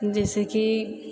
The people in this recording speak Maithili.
जैसेकि